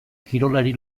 kirolari